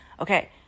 Okay